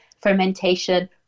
fermentation